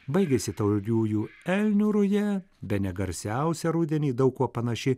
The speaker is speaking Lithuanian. baigėsi tauriųjų elnių ruja bene garsiausia rudenį daug kuo panaši